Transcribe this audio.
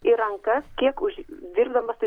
į rankas kiek uždirbdamas